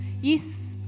yes